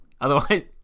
Otherwise